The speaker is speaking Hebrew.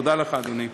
תודה לך, אדוני.